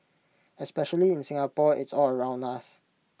especially in Singapore it's all around us